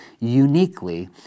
uniquely